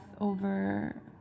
over